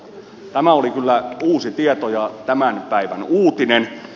tämä oli kyllä uusi tieto ja tämän päivän uutinen